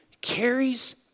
carries